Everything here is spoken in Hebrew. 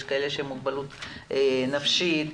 יש עם מוגבלות נפשית,